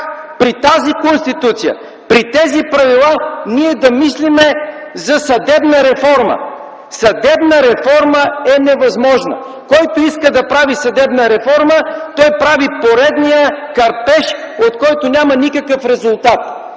при тази Конституция, при тези правила ние да мислим за съдебна реформа. Съдебна реформа е невъзможна! Който иска да прави съдебна реформа, той прави поредния кърпеж, от който няма никакъв резултат.